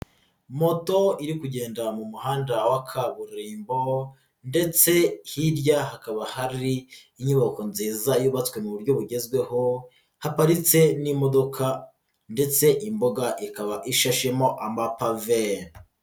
Moto iri kugenda mu muhanda wa kaburimbo ndetse hirya hakaba hari inyubako nziza yubatswe mu buryo bugezweho, haparitse n'imodoka ndetse imbuga ikaba ishashemo amapave.